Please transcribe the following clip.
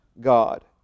God